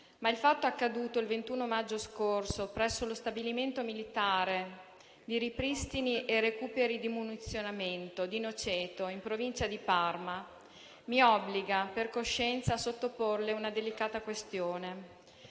ma il fatto accaduto il 21 maggio scorso presso lo stabilimento militare di ripristini e recuperi di munizionamento di Noceto, in provincia di Parma, mi obbliga per coscienza a sottoporle una delicata questione.